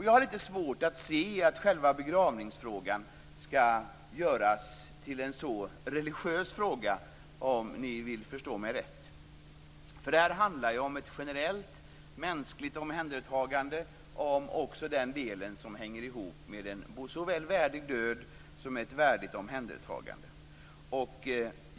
Jag har lite svårt att se att själva begravningsfrågan skall göras till en så religiös fråga, om ni vill förstå mig rätt. Det handlar ju om ett generellt mänskligt omhändertagande och hänger ihop med en värdig död och ett värdigt omhändertagande.